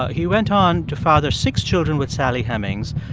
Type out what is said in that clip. he went on to father six children with sally hemings.